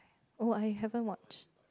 oh I haven't watched